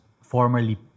formerly